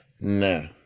no